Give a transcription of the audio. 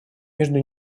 между